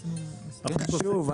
שוב,